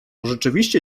rzeczywiście